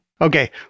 Okay